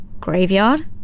Graveyard